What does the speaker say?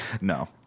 No